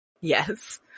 Yes